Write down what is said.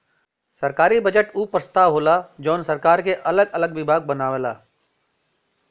सरकारी बजट उ प्रस्ताव होला जौन सरकार क अगल अलग विभाग बनावला